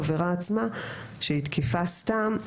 העבירה עצמה שהיא תקיפה סתם,